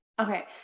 Okay